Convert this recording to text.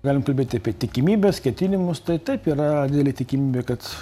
galim kalbėti apie tikimybes ketinimus tai taip yra didelė tikimybė kad